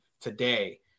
today